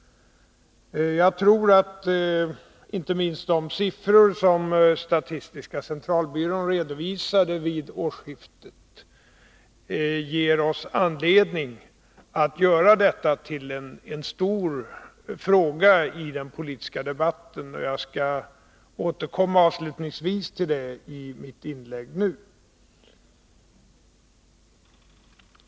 Jag tror att inte minst de siffror som statistiska centralbyrån redovisade vid årsskiftet ger oss anledning att göra detta till en stor fråga i den politiska debatten. Jag skall återkomma avslutningsvis till detta i mitt inlägg nu.